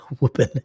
whooping